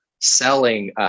selling